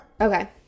Okay